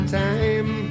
time